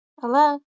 hello